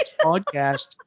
podcast